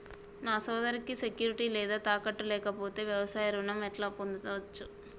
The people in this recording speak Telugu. నా సోదరికి సెక్యూరిటీ లేదా తాకట్టు లేకపోతే వ్యవసాయ రుణం ఎట్లా పొందచ్చు?